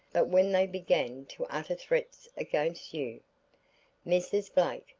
but when they began to utter threats against you mrs. blake,